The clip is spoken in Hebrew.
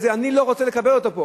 אני לא רוצה לקבל אותו פה